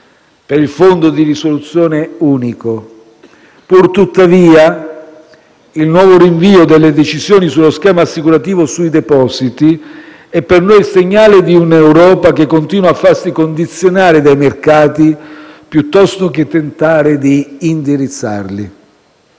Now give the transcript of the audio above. per il Fondo di risoluzione unico. Pur tuttavia, il nuovo rinvio delle decisioni sullo schema assicurativo sui depositi è per noi il segnale di un'Europa che continua a farsi condizionare dai mercati piuttosto che tentare di indirizzarli.